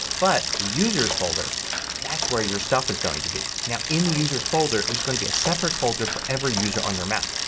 but the users folder that's where your stuff is going to be. now in the users folder there's going to be a separate folder for every user on your mac.